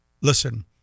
listen